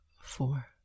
four